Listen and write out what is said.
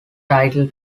title